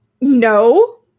No